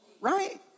Right